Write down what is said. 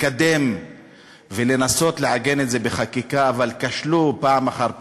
לקדם ולנסות לעגן בחקיקה וכשלו פעם אחר פעם,